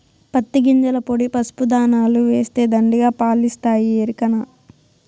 పత్తి గింజల పొడి పసుపు దాణాల ఏస్తే దండిగా పాలిస్తాయి ఎరికనా